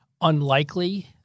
unlikely